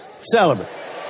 celebrate